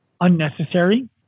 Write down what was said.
unnecessary